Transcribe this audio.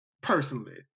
personally